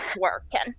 working